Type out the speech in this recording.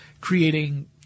creating